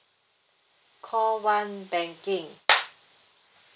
call one banking